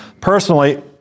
personally